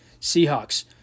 Seahawks